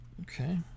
okay